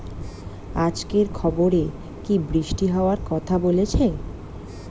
আজকের খবরে কি বৃষ্টি হওয়ায় কথা বলেছে?